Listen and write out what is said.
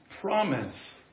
promise